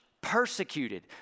persecuted